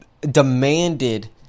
demanded